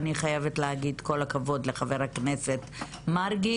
אני חייבת להגיד כל הכבוד לחבר הכנסת מרגי